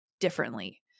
differently